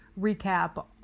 recap